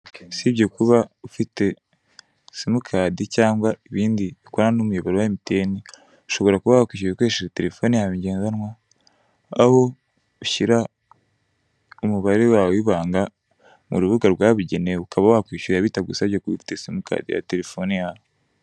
Usibye kuba ufite simukadi cyangwa ibindi bikorana n'umuyoboro wa Emutiyeni ushobora kuba wakishyura ukoresheje telefone yawe ngendanwa, aho ushyira umubare wawe wibanga mu rubuga rwabigenewe ukaba wakishyura bitagusabye kuba ufite simukadi ya telefone yawe.